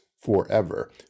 forever